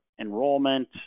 enrollment